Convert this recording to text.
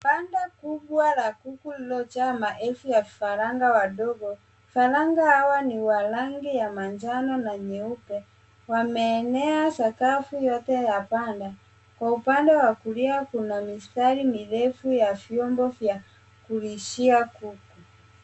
Banda kubwa la kuku lililojaa maelfu ya vifaranga wadogo. Vifaranga hawa ni wa rangi ya manjano na nyeupe. Wameenea sakafu yote ya banda. Kwa upande wa kulia kuna mistari mirefu ya vyombo vya kulishia kuku.